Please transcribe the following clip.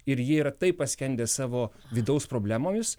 ir ji ir taip paskendę savo vidaus problemomis